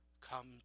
Come